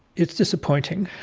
it's disappointing.